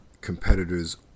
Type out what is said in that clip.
competitor's